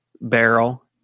barrel